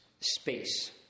space